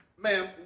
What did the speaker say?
Ma'am